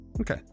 okay